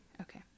Okay